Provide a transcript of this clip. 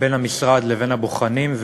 בין המשרד לבין הבוחנים.